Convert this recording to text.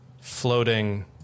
floating